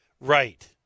Right